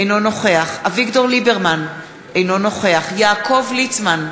אינו נוכח אביגדור ליברמן, אינו נוכח יעקב ליצמן,